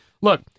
Look